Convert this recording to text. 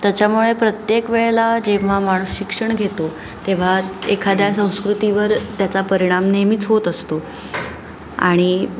त्याच्यामुळे प्रत्येक वेळेला जेव्हा माणूस शिक्षण घेतो तेव्हा एखाद्या संस्कृतीवर त्याचा परिणाम नेहमीच होत असतो आणि